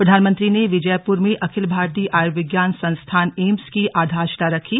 प्रधानमंत्री ने विजयपुर में अखिल भारतीय आयुर्विज्ञान संस्थान एम्स की आधारशिला रखी